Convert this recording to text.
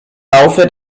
laufe